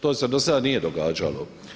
To se do sada nije događalo.